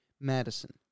Madison